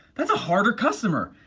that's a harder customer,